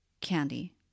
candy